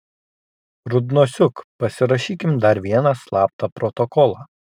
rudnosiuk pasirašykim dar vieną slaptą protokolą